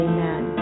Amen